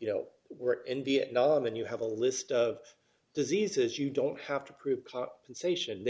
you know were in vietnam and you have a list of diseases you don't have to